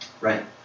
right